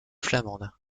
flamande